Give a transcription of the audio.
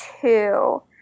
two